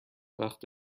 وقت